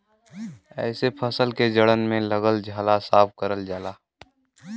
एसे फसल के जड़न में लगल झाला साफ करल जाला